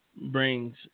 brings